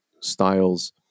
styles